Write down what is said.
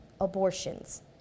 abortions